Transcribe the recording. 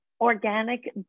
Organic